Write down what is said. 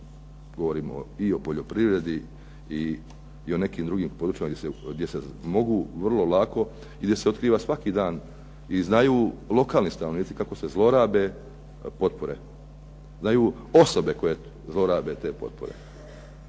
govorimo i o poljoprivredi i o nekim drugim gdje se mogu vrlo lako i gdje se otkriva svaki dan i znaju lokalni stanovnici kako se zlorabe potpore. Znaju osobe koje zlorabe te potpore